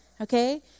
Okay